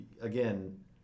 again